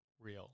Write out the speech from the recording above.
real